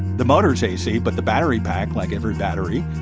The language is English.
the motor's ac, but the battery pack, like every battery,